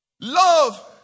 Love